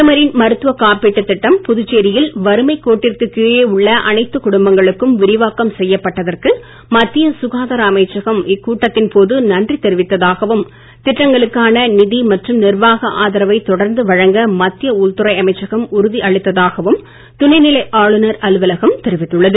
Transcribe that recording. பிரதமரின் மருத்துவக் காப்பீட்டுத் திட்டம் புதுச்சேரியில் வறுமைக் கோட்டிற்குக் கீழே உள்ள அனைத்து குடும்பங்களுக்கும் விரிவாக்கம் செய்யப்பட்டதற்கு மத்திய சுகாதார அமைச்சகம் இக்கூட்டத்தின் போது நன்றி தெரிவித்ததாகவும் திட்டங்களுக்கான நிதி மற்றும் நிர்வாக ஆதரவை தொடர்ந்து வழங்க மத்திய உள்துறை அமைச்சகம் உறுதி அளித்ததாகவும் துணைநிலை ஆளுனர் அலுவலகம் தெரிவித்துள்ளது